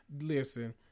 listen